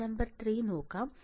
case number 3 നോക്കാം